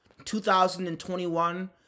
2021